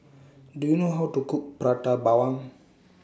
Do YOU know How to Cook Prata Bawang